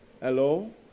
Hello